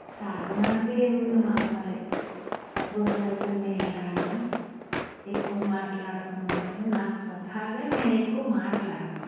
సాధన అంటే ఏముంది మామూలే గోరు వెచ్చని నీళ్ళు తాగడం ఎక్కువ మాట్లాడకుండా ఉండడం నాకు స్వతహాగా నేను ఎక్కువ మాట్లాడను